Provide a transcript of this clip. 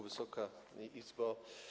Wysoka Izbo!